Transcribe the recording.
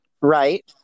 right